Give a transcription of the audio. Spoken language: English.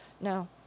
no